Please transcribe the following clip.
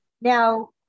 Now